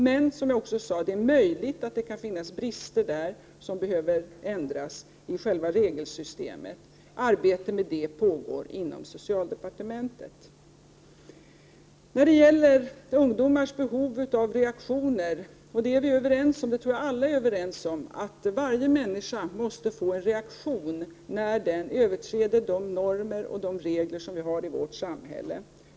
Men det är möjligt, som jag också sade, att det kan finnas brister i själva regelsystemet och att det behöver ändras. Arbetet med detta pågår inom socialdepartementet. När det gäller ungdomars behov av reaktioner tror jag vi alla är överens om att varje människa måste få en reaktion när man överträder de normer och regler som vi har i vårt samhälle.